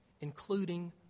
including